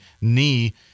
knee